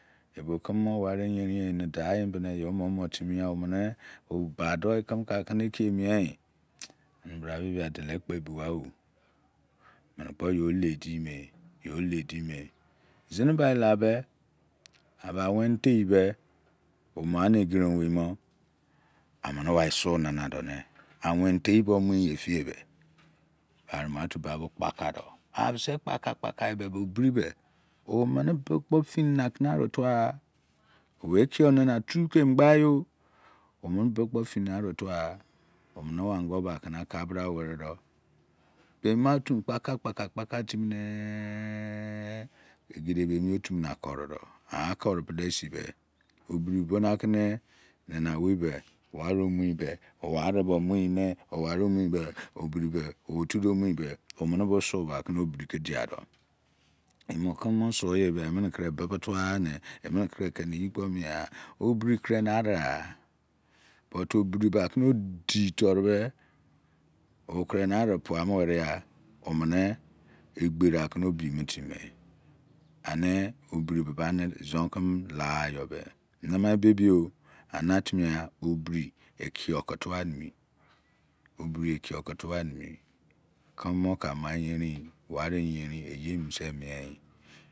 Ebo kememo weri eyerin obadoyi keme kakere eriye yi ani ba bi yebia kpebugha o menekpo yoledime zenebai labe abameni tei be obna aneqire owei mo su nana do mene tei bomu yi edie ani makeme bo kpaka do kpa yibe bo o bi be omene sebe kpo dini nake aro tuagha mekiyor nana tukemogbaiyo omenebebe kpo dini orutuaqha omene owango bakene akobra oweriri do be ma otumene kpa ka kpa ka timine eqi debemi otumene akorido akori sienbe obri boma kene nama omei wami omuyine owaromuyina obri be omo tuduo moyibe omebo suba ke obri kedi yado emokeme mo suyebia emene kroibebe kpo tuane emene kroikene yi kpomi eqha obri kroinairi qha but obri bakene oditoru be okroinari pua mo meriya omene eqberi akenobimotim me ani obri be bane ezon keme agha yobe nama ebe biyo natimiya obri ekiyor ke tuanimi obri ekiyor ke tuamimi obri eme mo ama eyerim wari eyerin eyimini semieyi